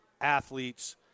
athletes